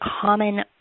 common